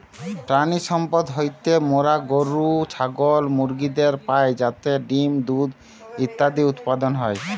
প্রাণিসম্পদ হইতে মোরা গরু, ছাগল, মুরগিদের পাই যাতে ডিম্, দুধ ইত্যাদি উৎপাদন হয়